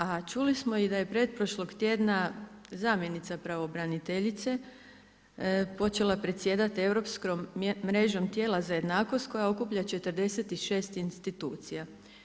A čuli smo da je pretprošlog tjedna zamjenica pravobraniteljice počela predsjedati europskom mrežom tijela za jednakost, koja okuplja 46 institucija.